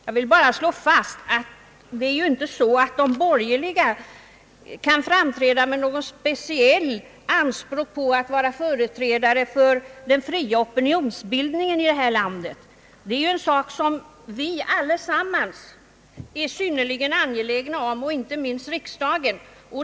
Jag vill bara slå fast att de borgerliga inte kan framträda med några speciella anspråk på att vara företrädare för den fria opinionsbildningen i detta land. Det är ju en sak som vi alla är synnerligen angelägna om, inte minst riksdagen.